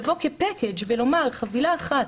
לבוא כחבילה ולומר: חבילה אחת